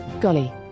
Golly